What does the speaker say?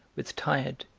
with tired,